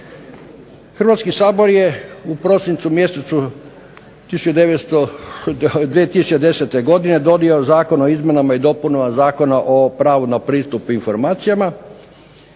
Hrvatski sabor je u prosincu mjesecu 2010. godine donio Zakon o izmjenama i dopunama Zakona o pravu na pristup informacijama,